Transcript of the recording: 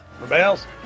Rebels